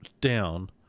down